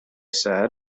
said